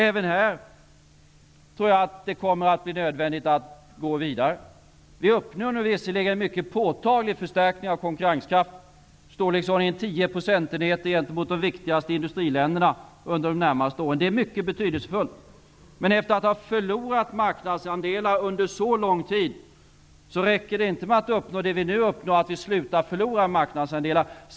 Även i detta fall tror jag att det kommer att bli nödvändigt att gå vidare. Vi uppnår nu visserligen en mycket påtaglig förstärkning av konkurrenskraften, i storleksordningen tio procentenheter gentemot de viktigaste industriländerna under de närmaste åren. Det är mycket betydelsefullt. Men efter det att vi har förlorat marknadsandelar under så lång tid räcker det inte med att uppnå det som vi nu uppnår, dvs. att vi slutar förlora marknadsandelar.